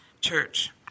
Church